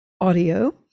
audio